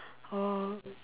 or